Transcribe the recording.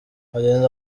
ageze